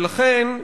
ולכן,